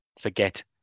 forget